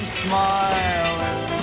smiling